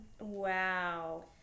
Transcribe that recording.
Wow